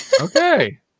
okay